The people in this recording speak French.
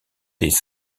des